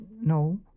no